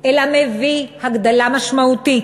אלא מביא הגדלה משמעותית